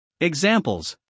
Examples